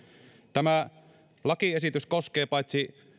tämä lakiesitys koskee paitsi